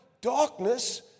darkness